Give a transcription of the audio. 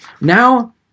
Now